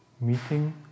meeting